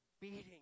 beating